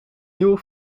nieuw